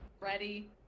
ready